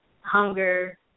hunger